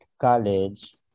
college